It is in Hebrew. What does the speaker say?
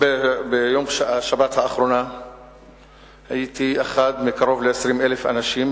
בשבת האחרונה הייתי אחד מקרוב ל-20,000 אנשים,